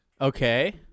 Okay